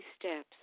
steps